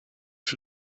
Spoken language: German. für